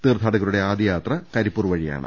തീർഥാടകരുടെ ആദ്യ യാത്ര കരിപ്പൂർവഴിയാണ്